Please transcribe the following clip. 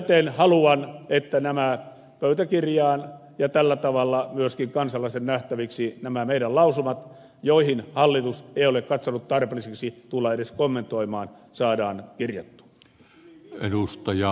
täten haluan että pöytäkirjaan saadaan kirjattua ja tällä tavalla myöskin kansalaisten nähtäviksi nämä meidän lausumamme joita hallitus ei ole katsonut tarpeelliseksi tulla edes kommentoidaan